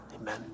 Amen